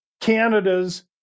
canada's